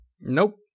Nope